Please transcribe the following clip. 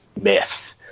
myth